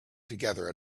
together